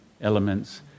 elements